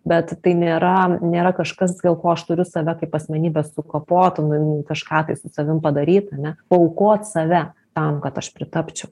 bet tai nėra nėra kažkas dėl ko aš turiu save kaip asmenybę sukapot nu kažką tai su savim padaryt ane paaukot save tam kad aš pritapčiau